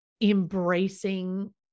embracing